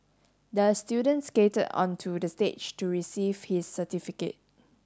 the student skated onto the stage to receive his certificate